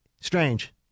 Strange